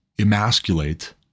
emasculate